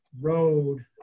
road